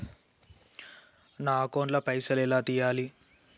నా అకౌంట్ ల పైసల్ ఎలా వేయాలి?